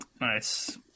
Nice